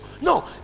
No